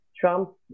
Trump